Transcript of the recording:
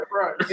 right